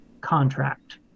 Contract